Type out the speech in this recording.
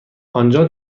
آنجا